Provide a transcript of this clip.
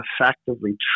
effectively